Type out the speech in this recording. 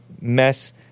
mess